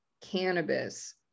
cannabis